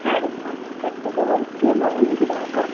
হ্যাঁ রুবি থেকে বলছি বলুন কি দরকার